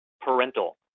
parental